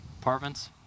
apartments